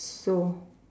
so